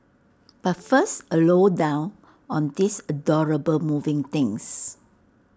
but first A low down on these adorable moving things